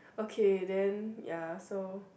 okay then ya so